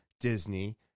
Disney